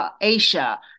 Asia